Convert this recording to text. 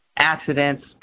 accidents